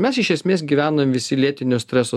mes iš esmės gyvenam visi lėtinio streso